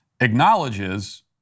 acknowledges